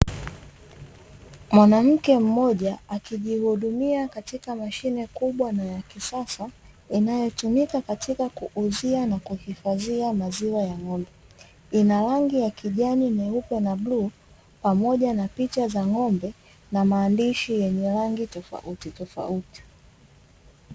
Mwanamke mmoja akijihidumia katika mashine kubwa ya kisasa, inayotumika katika kuuzia na kuhifadhi maziwa ya ng'ombe. Ina rangi ya: kijani, nyeupe na bluu; pamoja na picha za ng'ombe na maandishi yenye rangi tofautitofauti.